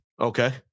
Okay